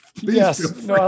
yes